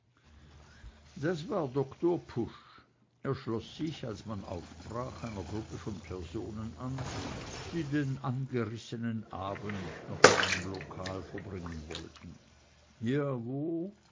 das war doktor pusch er schloß sich als man aufbrach einer gruppe von personen an die den angerissenen abend noch in einem lokal verbringen wollten ja wo